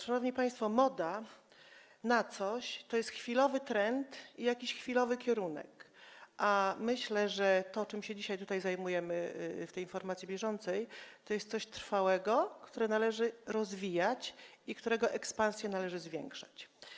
Szanowni państwo, moda na coś to jest chwilowy trend i jakiś chwilowy kierunek, a myślę, że to, czym się dzisiaj tutaj zajmujemy w ramach tej informacji bieżącej, to jest coś trwałego, co należy rozwijać i czego ekspansję należy zwiększać.